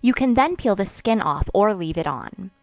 you can then peel the skin off or leave it on.